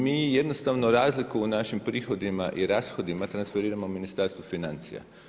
Mi jednostavno razliku u našim prihodima i rashodima transferiramo Ministarstvu financija.